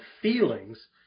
feelings